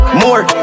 more